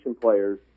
players